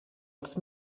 els